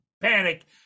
panic